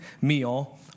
meal